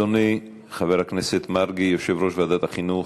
אדוני חבר הכנסת מרגי, יושב-ראש ועדת החינוך,